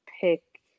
pick